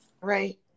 right